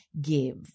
give